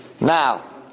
Now